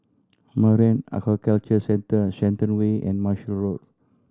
Marine Aquaculture Centre Shenton Way and Marshall Road